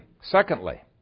secondly